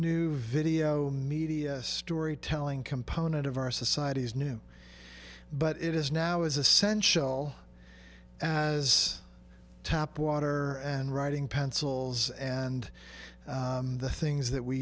new video media storytelling component of our society is new but it is now as essential as tap water and writing pencils and the things that we